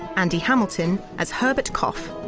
andy hamilton as herbert cough,